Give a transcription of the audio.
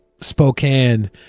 Spokane